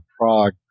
Prague